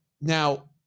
Now